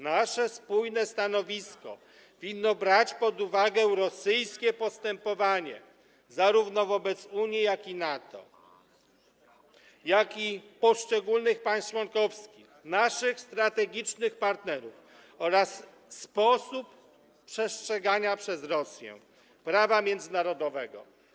Nasze spójne stanowisko winno brać pod uwagę rosyjskie postępowanie zarówno wobec Unii i NATO, jak i poszczególnych państw członkowskich, naszych strategicznych partnerów oraz sposób przestrzegania przez Rosję prawa międzynarodowego.